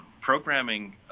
programming